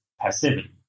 passivity